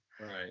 right